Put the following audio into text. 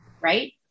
Right